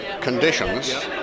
conditions